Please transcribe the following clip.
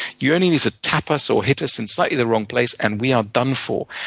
you only need to tap us or hit us in slightly the wrong place, and we are done for.